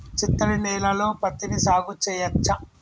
చిత్తడి నేలలో పత్తిని సాగు చేయచ్చా?